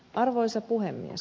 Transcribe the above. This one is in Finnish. arvoisa puhemies